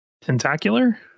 Tentacular